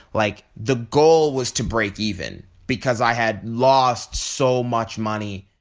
like, the goal was to break even because i had lost so much money.